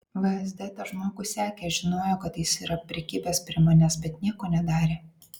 vsd tą žmogų sekė žinojo kad jis yra prikibęs prie manęs bet nieko nedarė